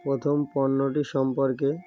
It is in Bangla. প্রথম পণ্যটি সম্পর্কে